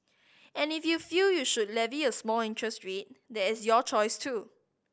and if you feel you should levy a small interest rate that is your choice too